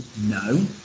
no